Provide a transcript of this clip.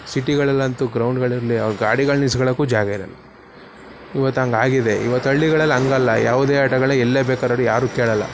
ಸಿಟಿಗಳಲ್ಲಂತೂ ಗ್ರೌಂಡ್ಗಳಿರಲಿ ಅವ್ರು ಗಾಡಿಗಳು ನಿಲ್ಸಿಕೊಳ್ಳೋಕ್ಕೂ ಜಾಗ ಇರೋಲ್ಲ ಈವತ್ತು ಹಂಗಾಗಿದೆ ಈವತ್ತು ಹಳ್ಳಿಗಳಲ್ಲಿ ಹಂಗಲ್ಲ ಯಾವುದೇ ಆಟಗಳನ್ನ ಎಲ್ಲೇ ಬೇಕಾರೆ ಆಡಿ ಯಾರೂ ಕೇಳೋಲ್ಲ